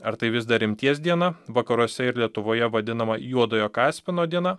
ar tai vis dar rimties diena vakaruose ir lietuvoje vadinama juodojo kaspino diena